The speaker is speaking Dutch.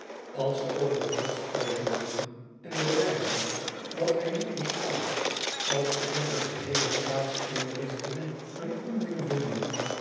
als ze over god spreken mama en bewijzen dat hij niet bestaat als ze onze geheele staatsinrichting een onding vinden